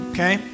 Okay